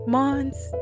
months